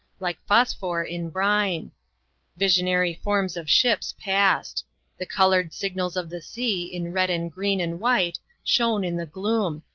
like phosphor in brine visionary forms of ships passed the coloured signals of the sea in red and green and white shone in the gloom,